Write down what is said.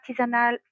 artisanal